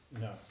no